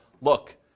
look